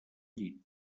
llit